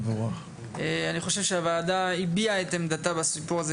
אני חושב שהוועדה הביעה את עמדתה בסיפור הזה